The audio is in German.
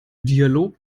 dialog